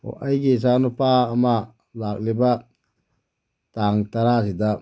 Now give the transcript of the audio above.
ꯑꯣ ꯑꯩꯒꯤ ꯏꯆꯥ ꯅꯨꯄꯥ ꯑꯃ ꯂꯥꯛꯂꯤꯕ ꯇꯥꯡ ꯇꯔꯥꯁꯤꯗ